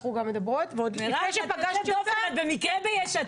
ומאז שפגשתי אותה --- את במקרה ביש עתיד.